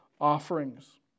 offerings